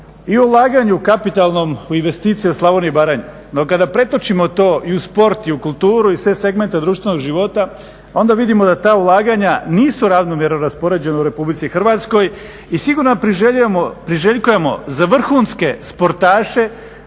i o ulaganju kapitalnom u investicije u Slavoniji i Baranji. No kada pretočimo to i u sport i u kulturu i sve segmente društvenog života onda vidimo da ta ulaganja nisu ravnomjerno raspoređena u RH i sigurno da priželjkujemo za vrhunske sportaše